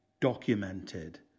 documented